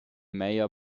mayor